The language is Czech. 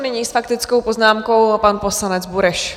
Nyní s faktickou poznámkou pan poslanec Bureš.